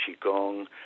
Qigong